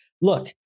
Look